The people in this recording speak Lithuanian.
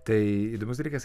tai įdomus dalykas